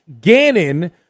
Gannon